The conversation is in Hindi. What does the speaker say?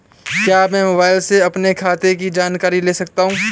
क्या मैं मोबाइल से अपने खाते की जानकारी ले सकता हूँ?